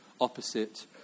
opposite